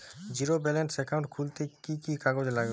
Zero ব্যালেন্সের account খুলতে কি কি কাগজ লাগবে?